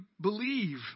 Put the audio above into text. believe